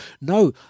No